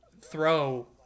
throw